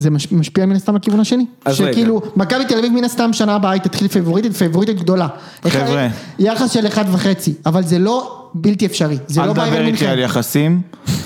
זה משפיע על, מן הסתם, לכיוון השני? שכאילו, מכבי תל אביב מן הסתם, שנה הבאה היא תתחיל פייבוריטית, פייבוריטית גדולה. חבר'ה. יחס של אחד וחצי, אבל זה לא בלתי אפשרי. אל תדבר איתי על יחסים.